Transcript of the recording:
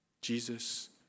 Jesus